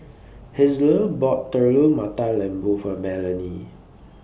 Hazle bought Telur Mata Lembu For Melany